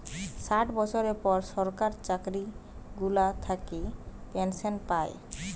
ষাট বছরের পর সরকার চাকরি গুলা থাকে পেনসন পায়